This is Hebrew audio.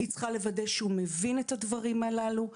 היא צריכה לוודא שהוא מבין את הדברים הללו.